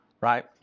Right